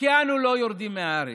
כי אנו לא יורדים מהארץ.